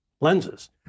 lenses